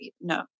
No